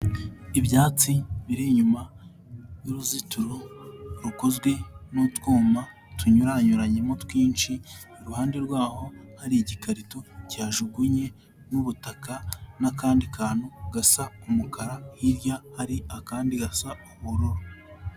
Ibyatsi biri inyuma y'uruzitiro rukozwe n'utwuma tunyuranyuranyemo twinshi, iruhande rwaho hari igikarito cyihajugunye n'ubutaka n'akandi kantu gasa umukara, hirya hari akandi gasa ubururu.